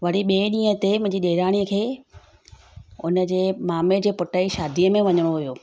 वरी ॿिए ॾींहं ते मुहिंजी ॾेरानीअ खे उन जे मामे जे पुटु ई शादीअ में वञिणो हुयो